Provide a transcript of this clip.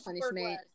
punishment